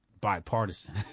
bipartisan